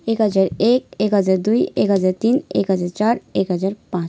एक हजार एक एक हजार दुई एक हजार तिन एक हजार चार एक हजार पाँच